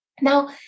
Now